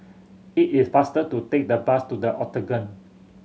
it is faster to take the bus to The Octagon